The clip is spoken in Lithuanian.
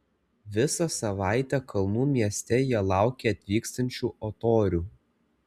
visą savaitę kalnų mieste jie laukė atvykstančių o torių